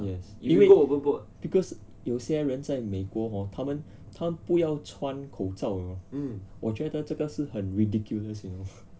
yes 因为 because 有些人在美国 hor 他们他们不要穿口罩 you know 我觉得这个是很 ridiculous you know